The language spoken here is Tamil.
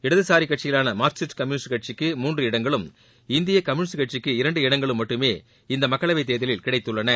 இடதுசாரி கட்சிகளான மார்க்சிஸ்ட் கம்யூனிஸ்ட் கட்சிக்கு மூன்று இடங்களும் இந்திய கம்யூனிஸ்ட் கட்சிக்கு இரண்டு இடங்கள் மட்டுமே இந்த மக்களவைத் தேர்தலில் கிடைத்துள்ளன